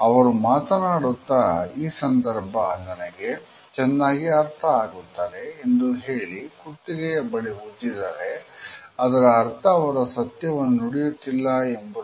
ಅವರು ಮಾತನಾಡುತ್ತಾ" ಈ ಸಂದರ್ಭ ನನಗೆ ಚೆನ್ನಾಗಿ ಅರ್ಥವಾಗುತ್ತದೆ" ಎಂದು ಹೇಳಿ ಕುತ್ತಿಗೆಯ ಬಳಿ ಉಜ್ಜಿದರೆ ಅದರ ಅರ್ಥ ಅವರ ಸತ್ಯವನ್ನು ನುಡಿಯುತ್ತಿಲ್ಲ ಎಂಬುದು